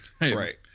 Right